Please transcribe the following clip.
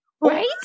Right